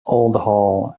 hall